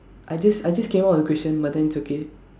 I just I just came out with a question but then it's okay